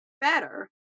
better